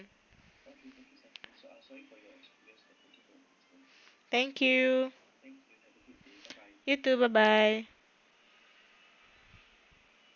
thank you you too bye bye